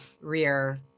rear